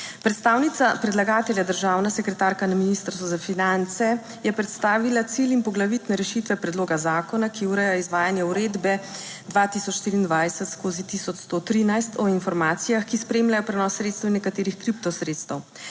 Predstavnica predlagatelja, državna sekretarka na Ministrstvu za finance, je predstavila cilj in poglavitne rešitve predloga zakona, ki ureja izvajanje uredbe 2023/1113 o informacijah, ki spremljajo prenos sredstev in nekaterih kripto sredstev.